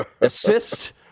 assist